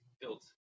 built